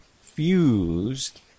fused